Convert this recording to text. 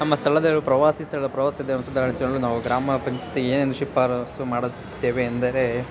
ನಮ್ಮ ಸ್ಥಳದ ಪ್ರವಾಸಿ ಸ್ಥಳದ ಪ್ರವಾಸೋದ್ಯಮ ಸುಧಾರಿಸಲು ನಾವು ಗ್ರಾಮ ಪಂಚಾಯ್ತಿಗೆ ಏನೆಂದು ಶಿಫಾರಸ್ಸು ಮಾಡುತ್ತೇವೆ ಎಂದರೆ